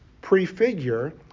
prefigure